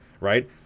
right